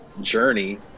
journey